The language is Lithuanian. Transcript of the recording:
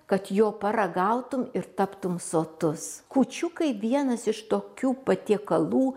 kad jo paragautum ir taptum sotus kūčiukai vienas iš tokių patiekalų